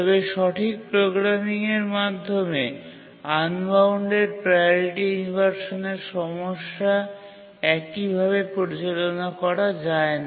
তবে সঠিক প্রোগ্রামিংয়ের মাধ্যমে আনবাউন্ডেড প্রাওরিটি ইনভারসানের সমস্যা একইভাবে পরিচালনা করা যায় না